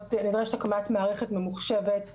הקמת מערכת ממוחשבת נפרדת,